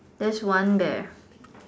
there's one there